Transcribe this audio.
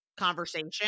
Conversation